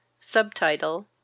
Subtitle